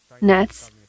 Nets